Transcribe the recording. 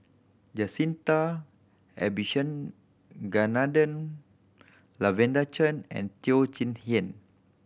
Jacintha Abisheganaden Lavender Chang and Teo Chee Hean